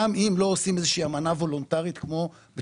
גם אם זה לא באמנה הוולונטרית בתקופת